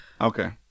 okay